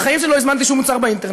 בחיים שלי לא הזמנתי שום מוצר באינטרנט,